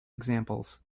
examples